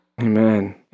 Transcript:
Amen